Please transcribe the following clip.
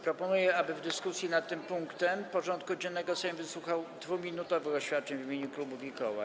Proponuję, aby w dyskusji nad tym punktem porządku dziennego Sejm wysłuchał 2-minutowych oświadczeń w imieniu klubów i koła.